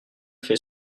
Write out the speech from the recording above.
fait